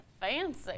fancy